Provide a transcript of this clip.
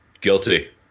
Guilty